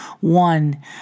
one